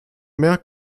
mehr